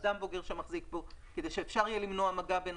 אדם בוגר שמחזיק בו כדי שאפשר יהיה למנוע מגע בין